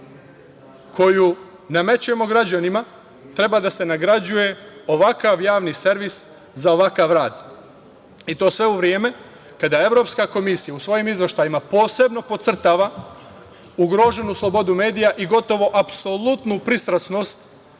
koju namećemo građanima treba da se nagrađuje ovakav javni servis za ovakav rad. To sve u vreme kada Evropska komisija u svojim izveštajima posebno pocrtava ugroženu slobodu medija i gotovo apsolutnu pristrasnost